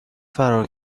فرار